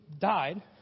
died